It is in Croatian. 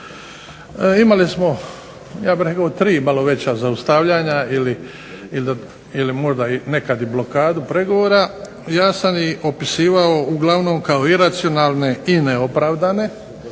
imali smo ja bih rekao tri malo veća zaustavljanja ili možda nekad i blokadu pregovora. Ja sam ih opisivao uglavnom kao iracionalne i neopravdane,